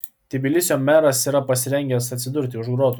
tbilisio meras yra pasirengęs atsidurti už grotų